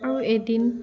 আৰু এদিন